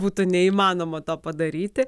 būtų neįmanoma to padaryti